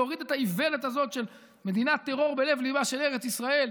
להוריד את האיוולת הזאת של מדינת טרור בלב-ליבה של ארץ ישראל,